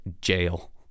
Jail